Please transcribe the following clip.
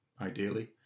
ideally